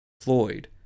Floyd